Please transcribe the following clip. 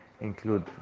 include